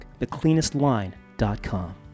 thecleanestline.com